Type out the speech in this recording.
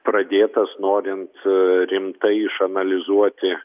pradėtas norint rimtai išanalizuoti